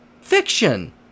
fiction